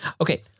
Okay